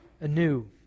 anew